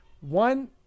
one